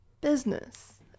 business